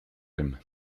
him